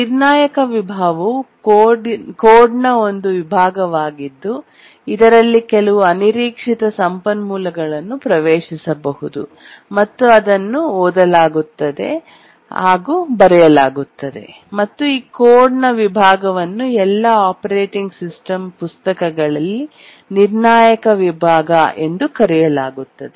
ನಿರ್ಣಾಯಕ ವಿಭಾಗವು ಕೋಡ್ನ ಒಂದು ವಿಭಾಗವಾಗಿದ್ದು ಇದರಲ್ಲಿ ಕೆಲವು ಅನಿರೀಕ್ಷಿತ ಸಂಪನ್ಮೂಲಗಳನ್ನು ಪ್ರವೇಶಿಸಬಹುದು ಮತ್ತು ಅದನ್ನು ಓದಲಾಗುತ್ತದೆ ಮತ್ತು ಬರೆಯಲಾಗುತ್ತದೆ ಮತ್ತು ಈ ಕೋಡ್ನ ವಿಭಾಗವನ್ನು ಎಲ್ಲಾ ಆಪರೇಟಿಂಗ್ ಸಿಸ್ಟಮ್ ಪುಸ್ತಕಗಳಲ್ಲಿ ನಿರ್ಣಾಯಕ ವಿಭಾಗ ಎಂದು ಕರೆಯಲಾಗುತ್ತದೆ